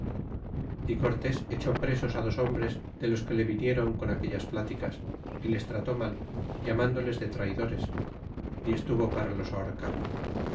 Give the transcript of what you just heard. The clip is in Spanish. y cortes echó presos dos hombres de los que le vinieron con aquellas pláticas y les trató mal llamándoles de traidores y estuvo para los aborcar